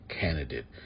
candidate